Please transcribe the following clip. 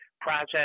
process